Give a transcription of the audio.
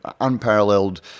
unparalleled